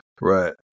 Right